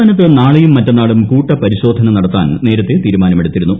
സംസ്ഥാനത്ത് നാളെയും മറ്റന്നാളും കൂട്ട പരിശോധന നടത്താൻ നേരത്തെ തീരുമാനമെടുത്തിരുന്നു